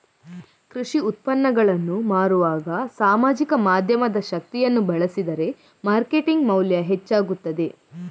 ಕೃಷಿ ಉತ್ಪನ್ನಗಳನ್ನು ಮಾರುವಾಗ ಸಾಮಾಜಿಕ ಮಾಧ್ಯಮದ ಶಕ್ತಿಯನ್ನು ಬಳಸಿದರೆ ಮಾರ್ಕೆಟಿಂಗ್ ಮೌಲ್ಯ ಹೆಚ್ಚಾಗುತ್ತದೆ